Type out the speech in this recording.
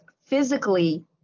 physically